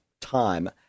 time